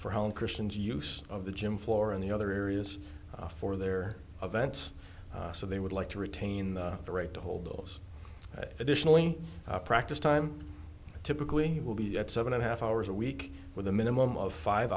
for home christians use of the gym floor and the other areas for their events so they would like to retain the right to hold those additionally practice time typically will be at seven and a half hours a week with a minimum of five